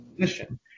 position